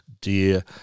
dear